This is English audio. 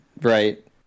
right